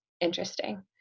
interesting